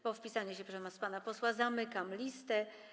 Po wpisaniu się przez pana posła zamykam listę.